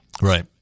Right